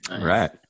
Right